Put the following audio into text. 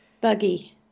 Buggy